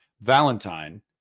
Valentine